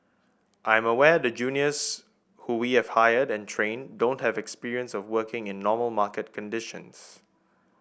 I'm aware the juniors who we have hired and trained don't have experience of working in normal market conditions